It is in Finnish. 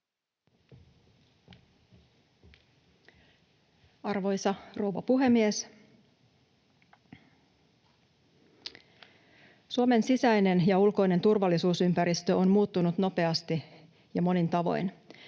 Arvoisa rouva puhemies! Suomen sisäinen ja ulkoinen turvallisuusympäristö on muuttunut nopeasti ja monin tavoin.